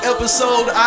Episode